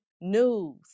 news